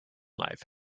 life